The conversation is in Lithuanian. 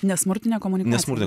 nesmurtinė komunikacija